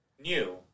New